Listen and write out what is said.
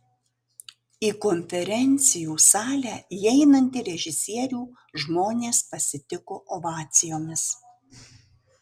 į konferencijų salę įeinantį režisierių žmonės pasitiko ovacijomis